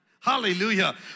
Hallelujah